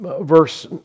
verse